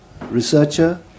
researcher